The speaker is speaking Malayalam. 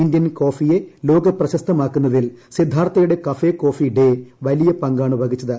ഇന്ത്യൻ കോഫിയെ ലോക പ്രശസ്തമാക്കുന്നതിൽ സിദ്ധാർത്ഥയുടെ കഫേ കോഫി ഡേ വലിയ പങ്കാണ് വഹിച്ചത്